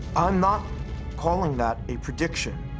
i'm not calling that a prediction,